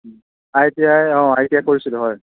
I T I অঁ I T I কৰিছিলোঁ হয়